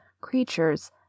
creatures